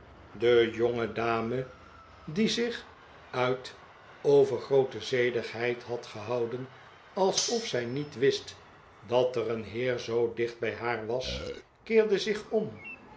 de jongedame die zich uit overgroote zedigheid had gehouden alsof zij niet wist dat er een heer zoo dicht bij haar was keerde zich om